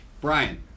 Brian